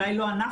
אולי לא אנחנו,